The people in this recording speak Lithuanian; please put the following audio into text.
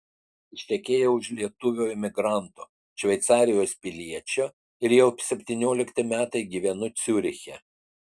ištekėjau už lietuvio emigranto šveicarijos piliečio ir jau septyniolikti metai gyvenu ciuriche